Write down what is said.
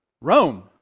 Rome